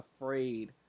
afraid